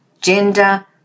gender